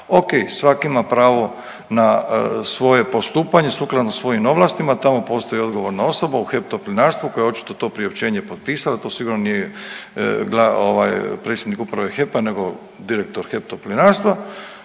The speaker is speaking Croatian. Okej, svak ima pravo na svoje postupanje sukladno svojim ovlastima, tamo postoji odgovorna osoba u HEP Toplinarstvu koje je očito to priopćenje potpisala, to sigurno nije ovaj predsjednik Uprave HEP-a nego direktor HEP Toplinarstva.